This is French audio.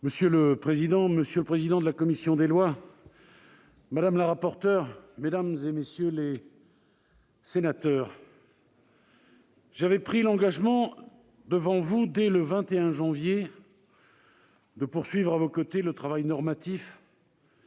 Monsieur le président, monsieur le président de la commission des lois, madame la rapporteure, mesdames, messieurs les sénateurs, j'avais pris l'engagement devant vous, dès le 21 janvier, de poursuivre à vos côtés le travail normatif